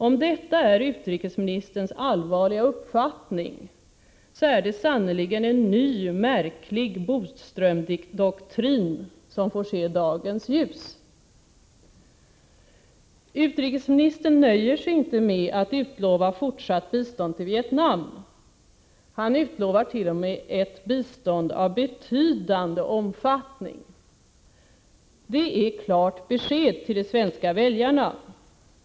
Om detta är utrikesministerns allvarliga uppfattning, så är det sannerligen en ny märklig Bodström-doktrin som får se dagens ljus. Utrikesministern nöjer sig inte med att utlova fortsatt bistånd till Vietnam. Han utlovart.o.m. ett bistånd av betydande omfattning. Det är klart besked till de svenska väljarna.